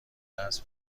دست